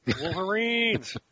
Wolverines